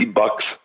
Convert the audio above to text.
bucks